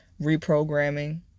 Reprogramming